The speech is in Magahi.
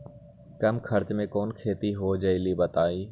कम खर्च म कौन खेती हो जलई बताई?